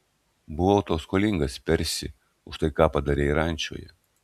buvau tau skolingas persi už tai ką padarei rančoje